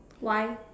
why